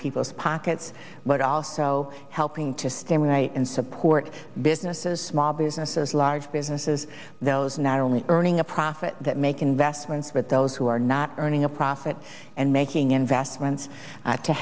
people's pockets but also helping to stand in support businesses small businesses large businesses those not only earning a profit that make investments with those who are not earning a profit and making investments